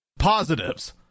positives